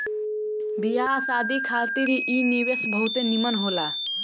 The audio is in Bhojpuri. बियाह शादी खातिर इ निवेश बहुते निमन होला